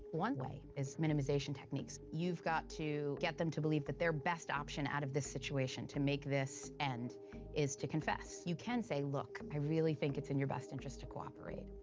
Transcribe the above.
one way is minimization techniques. you've got to get them to believe that their best option out of this situation to make this end and is to confess. you can say, look, i really think it's in your best interest to cooperate.